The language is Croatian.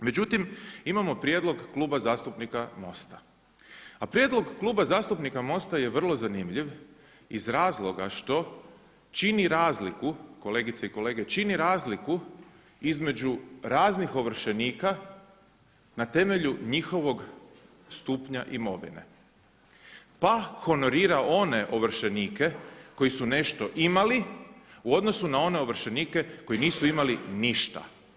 Međutim imamo prijedlog Kluba zastupnika MOST-a. a prijedlog Kluba zastupnika MOST-a je vrlo zanimljiv iz razloga što čini razliku kolegice i kolege, čini razliku između raznih ovršenika na temelju njihovog stupnja imovine, pa honorira one ovršenike koji su nešto imali u odnosu na one ovršenike koji nisu imali ništa.